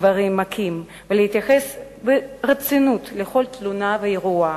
גברים מכים ולהתייחס ברצינות לכל תלונה ואירוע.